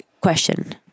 question